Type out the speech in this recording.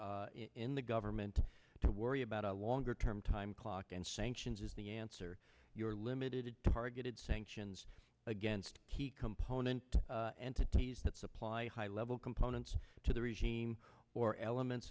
in the government to worry about a longer term time clock and sanctions is the answer you're limited to targeted sanctions against key component entities that supply high level components to the regime or elements